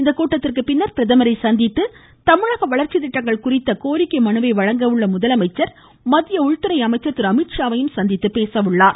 இக்கூட்டத்திற்கு பின்னர் பிரதமரை சந்தித்து தமிழக வளர்ச்சி திட்டங்கள் குறித்து கோரிக்கை மனுவை வழங்க உள்ள முதலமைச்சர் மத்திய உள்துறை அமைச்சர் திரு அமீத்ஷாவையும் சந்தித்து பேசுகிறார்